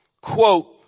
Quote